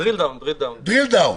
to drill down.